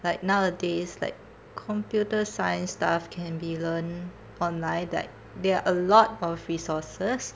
like nowadays like computer science stuff can be learnt online like there are a lot of resources